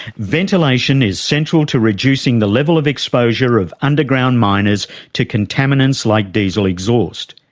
ventilation is central to reducing the level of exposure of underground miners to contaminants like diesel exhaust.